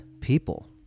people